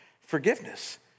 Forgiveness